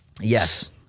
Yes